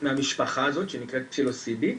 מהמשפחה הזאת שנקראת פסילוסיבי.